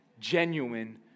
genuine